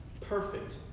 perfect